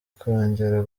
kongera